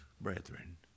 brethren